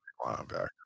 Linebacker